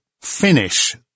finish